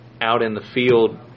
out-in-the-field